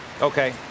Okay